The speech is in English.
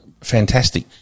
fantastic